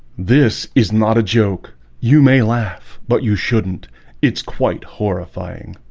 this is not a joke you may laugh, but you shouldn't it's quite horrifying